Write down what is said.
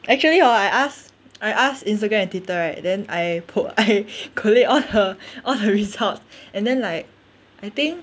actually hor I asked I asked Instagram and Twitter right then I pu~ I collate all the all the results and then like I think